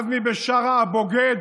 עזמי בשארה הבוגד,